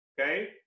okay